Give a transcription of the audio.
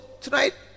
tonight